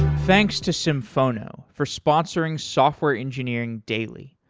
thanks to symphono for sponsoring software engineering daily.